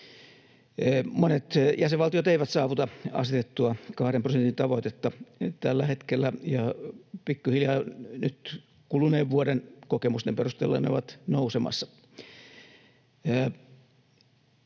Monet jäsenvaltiot eivät saavuta asetettua kahden prosentin tavoitetta tällä hetkellä, ja pikkuhiljaa nyt kuluneen vuoden kokemusten perusteella ne ovat nousemassa.